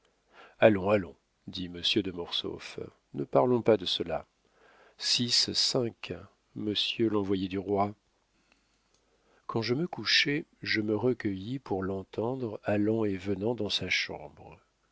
allons allons dit monsieur de mortsauf ne parlons pas de cela six cinq monsieur l'envoyé du roi quand je me couchai je me recueillis pour l'entendre allant et venant dans sa chambre